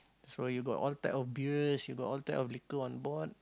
so you got all type of beers you got all type of liquor on board